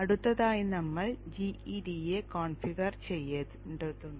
അടുത്തതായി നമ്മൾ gEDA configure ചെയ്യേണ്ടതുണ്ട്